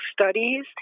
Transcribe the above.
Studies